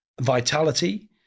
vitality